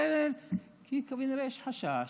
כנראה יש חשש,